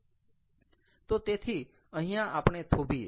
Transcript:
તો તેથી અહીંયા આપણે થોભીએ